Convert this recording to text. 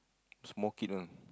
small kid [one]